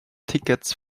tickets